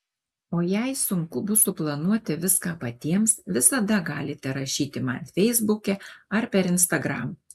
o jei sunku bus suplanuoti viską patiems visada galite rašyti man feisbuke ar per instagram